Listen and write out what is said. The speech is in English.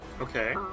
Okay